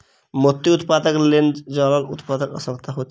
मोती उत्पादनक लेल जलक उपलब्धता आवश्यक होइत छै